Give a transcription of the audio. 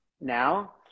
now